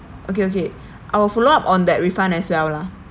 okay okay I will follow up on that refund as well lah